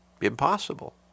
impossible